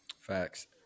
Facts